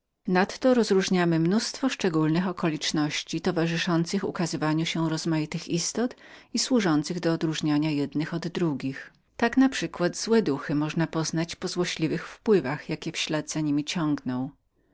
postaciami nadto rozróżniamy massę szczególnych okoliczności towarzyszących ukazywaniu się rozmaitych istot i służących do odróżniania jednych od drugich tak naprzykład złe duchy można poznać po złośliwych wpływach jakie